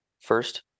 first